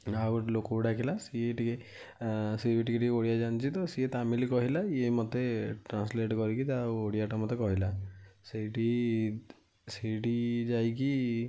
ଆଉ ଗୋଟେ ଲୋକକୁ ଡାକିଲା ସିଏ ଟିକେ ସିଏ ବି ଟିକେ ଟିକେ ଓଡ଼ିଆ ଜାଣିଛି ତ ସିଏ ତାମିଲି କହିଲା ଇଏ ମୋତେ ଟ୍ରାନ୍ସଲେଟ୍ କରିକି ତା ଓଡ଼ିଆଟା ମୋତେ କହିଲା ସେଇଟି ସେଇଟି ଯାଇକି